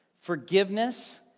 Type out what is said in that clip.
Forgiveness